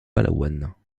palawan